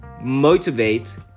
motivate